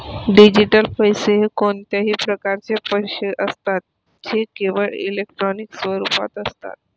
digital पैसे हे कोणत्याही प्रकारचे पैसे असतात जे केवळ इलेक्ट्रॉनिक स्वरूपात असतात